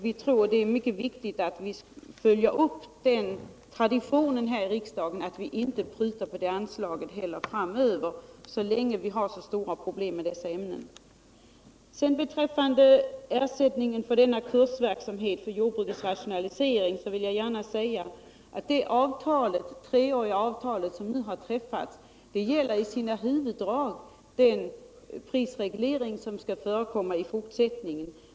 Vi tror det är mycket viktigt att följa upp traditionen i riksdagen att vi inte prutar på det anslaget framöver så länge vi har stora problem med dessa ämnen. Beträffande ersättningen för kursverksamheten för jordbrukets rationalisering vill jag säga att det treåriga avtalet som nu har träffats gäller i sina huvuddrag den prisreglering som skall förekomma i fortsättningen.